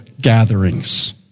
gatherings